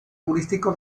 turístico